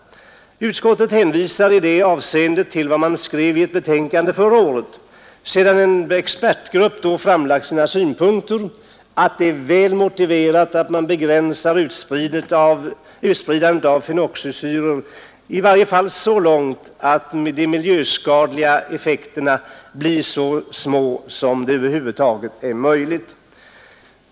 Utskottet hänvisar i det avseendet till vad man skrev i ett betänkande förra året, sedan en expertgrupp framlagt sina synpunkter, nämligen att det är väl motiverat att man begränsar utspridandet av fenoxisyror, i varje fall så långt att de miljöskadliga effekterna blir så små som det över huvud taget är möjligt.